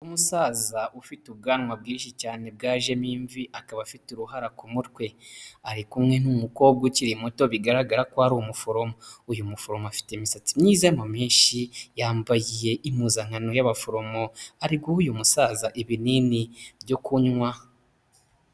Umusaza ufite ubwanwa bwinshi cyane bwajemo imvi, akaba afite uruhara ku mutwe, ari kumwe n'umukobwa ukiri muto bigaragara ko ari umuforomo, uyu muforomo afite imisatsi myiza y'amamenshi, yambaye impuzankano y'abaforomo ari guha uyu musaza ibinini byo kunywa.